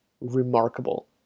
remarkable